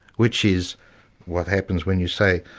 which is what happens when you say